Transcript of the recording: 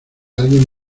alguien